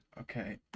Okay